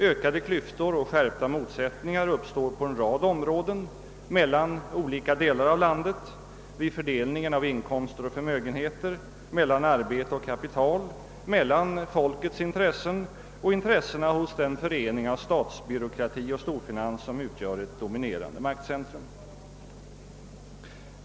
Ökade klyftor och skärpta motsättningar uppstår på en rad områden vid fördelningen av inkomster och förmögenheter: mellan olika delar av landet, mellan arbete och kapital samt mellan folkets intressen och intressena hos den förening av statsbyråkrati och storfinans som utgör ett dominerande maktcentrum.